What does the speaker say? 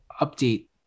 update